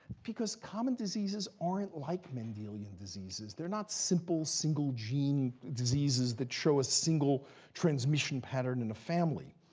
because common diseases aren't like mendelian diseases. they're not simple, single gene diseases that show a single transmission pattern in a family.